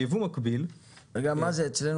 לא פילוסופיה.